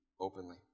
openly